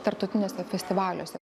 tarptautiniuose festivaliuose